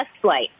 flight